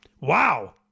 Wow